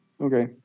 Okay